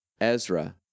Ezra